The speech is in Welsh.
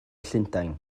llundain